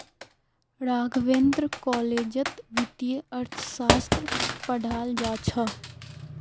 राघवेंद्र कॉलेजत वित्तीय अर्थशास्त्र पढ़ाल जा छ